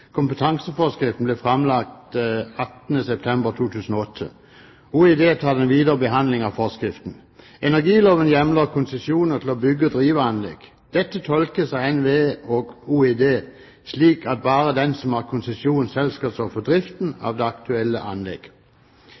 kompetanseforskriften, ble framlagt 18. september 2008. Olje- og energidepartementet tar den videre behandlingen av forskriften. Energiloven hjemler konsesjoner til å bygge og drive anlegg. Dette tolkes av NVE og Olje- og energidepartementet slik at bare den som har konsesjon, selv skal stå for driften av det aktuelle